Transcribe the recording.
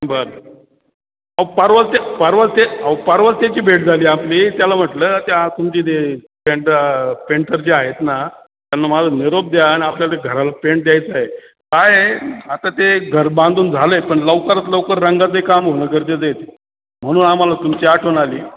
बर अहो परवाच ते परवाच ते अहो परवाच त्यांची भेट झाली आपली त्याला म्हटलं ते तुमचे ते पेंट पेंटर जे आहेत ना त्यांना माझा निरोप द्या आणि आपल्याला ते घराला पेंट द्यायचा आहे काय आहे आता ते घर बांधून झालं आहे पण लवकरात लवकर रंगाचंही काम होणं गरजेचं आहे ते म्हणून आम्हाला तुमची आठवण आली